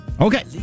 Okay